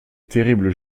terrible